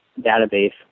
database